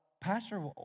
Pastor